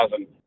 2000